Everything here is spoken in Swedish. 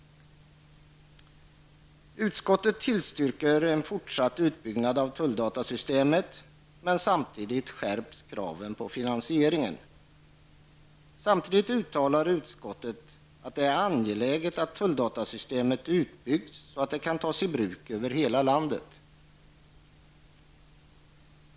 Utskottet tillstyrker en fortsatt utbyggnad av tulldatasystemet, men samtidigt skärps kraven på finansieringen. Dessutom uttalar utskottet att det är angeläget att tulldatasystemet utbyggs så att det kan tas i bruk över hela landet.